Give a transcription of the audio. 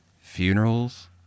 funerals